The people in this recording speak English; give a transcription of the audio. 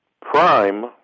Prime